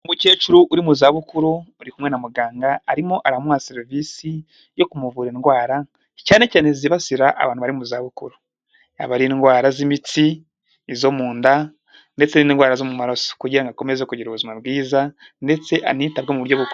Umukecuru uri mu zabukuru uri kumwe na muganga, arimo aramuha serivisi yo kumuvura indwara cyane cyane zibasira abantu bari mu zabukuru, yaba ari indwara z'imitsi, izo mu nda, ndetse n'indwara zo mu maraso kugira ngo akomeze kugira ubuzima bwiza, ndetse anitabweho mu buryo buko...